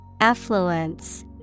Affluence